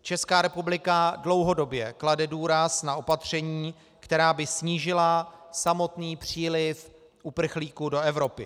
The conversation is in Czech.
Česká republika dlouhodobě klade důraz na opatření, která by snížila samotný příliv uprchlíků do Evropy.